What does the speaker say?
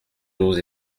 hauts